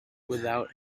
without